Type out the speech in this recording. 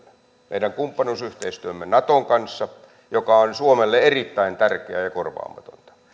meidän kumppanuusyhteistyömme naton kanssa joka on suomelle erittäin tärkeää ja korvaamatonta